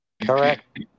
Correct